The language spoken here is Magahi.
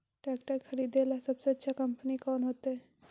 ट्रैक्टर खरीदेला सबसे अच्छा कंपनी कौन होतई?